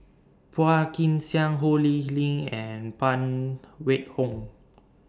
Phua Kin Siang Ho Lee Ling and Phan Wait Hong